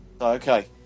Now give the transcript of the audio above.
Okay